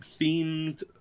themed